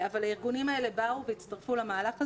הארגונים האלה באו והצטרפו למהלך הזה,